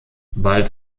bald